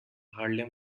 harlem